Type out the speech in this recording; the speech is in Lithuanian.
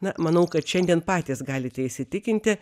na manau kad šiandien patys galite įsitikinti